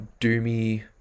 doomy